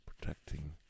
protecting